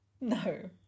No